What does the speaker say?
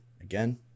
again